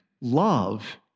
love